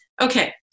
Okay